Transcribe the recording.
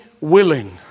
willing